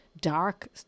dark